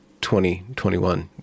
2021